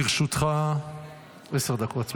לרשותך עשר דקות.